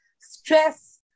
stress